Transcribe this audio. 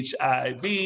HIV